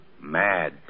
mad